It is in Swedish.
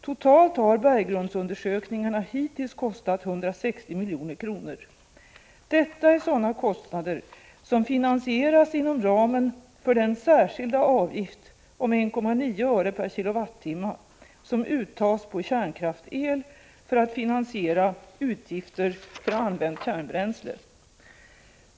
Totalt har berggrundsundersökningarna hittills kostat 160 milj.kr. Detta är sådana kostnader som finansieras inom ramen för den särskilda avgift om 1,9 öre per kilowattimme som uttas på kärnkraftsel för att finansiera utgifter för använt kärnbränsle.